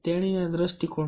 તેણી ના દૃષ્ટિકોણ